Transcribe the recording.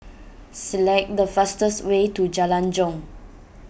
select the fastest way to Jalan Jong